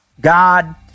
God